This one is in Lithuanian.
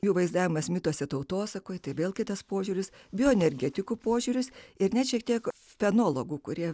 jų vaizdavimas mituose tautosakoje tai vėl kitas požiūris bioenergetikų požiūris ir net šiek tiek technologų kurie